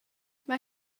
mae